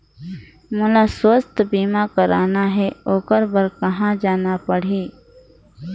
मोला स्वास्थ बीमा कराना हे ओकर बार कहा जाना होही?